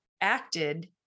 acted